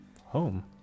Home